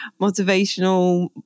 motivational